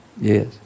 Yes